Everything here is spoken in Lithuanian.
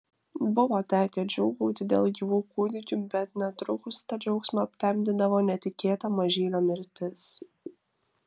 buvo tekę džiūgauti dėl gyvų kūdikių bet netrukus tą džiaugsmą aptemdydavo netikėta mažylio mirtis